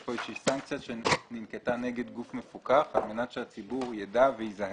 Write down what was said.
יש כאן איזושהי סנקציה שננקטה נגד גוף מפוקח על מנת שהציבור ידע וייזהר.